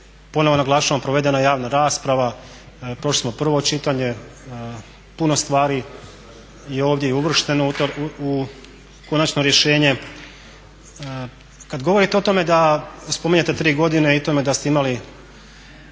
ponovno naglašavam provedena je javna rasprava, prošli smo prvo čitanje, puno stvari je ovdje i uvršteno u konačno rješenje. Kad govorite o tome da spominjete tri godine i to da ste imali,